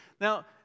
Now